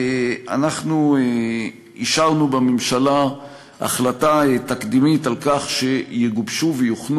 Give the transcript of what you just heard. אנחנו אישרנו בממשלה החלטה תקדימית על כך שיגובשו ויוכנו